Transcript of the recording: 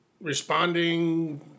responding